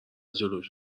جلوش